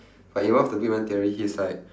but in one of the big bang theory he's like